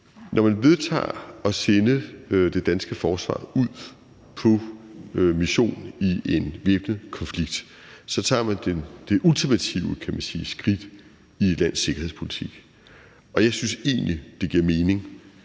Når man vedtager at sende det danske forsvar ud på mission i en væbnet konflikt, tager man det ultimative skridt, kan man sige, i et lands sikkerhedspolitik. Og jeg synes egentlig, det giver mening,